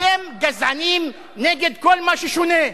אתם גזענים נגד כל מה ששונה,